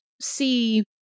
see